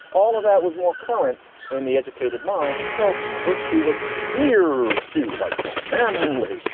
all of that was more current in the educated mind. and so virtue was veer to like manly.